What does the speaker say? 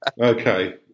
Okay